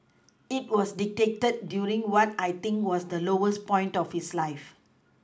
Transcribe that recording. it was dictated during what I think was the lowest point of his life